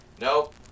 nope